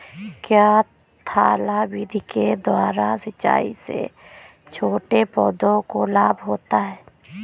क्या थाला विधि के द्वारा सिंचाई से छोटे पौधों को लाभ होता है?